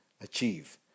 achieve